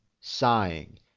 sighing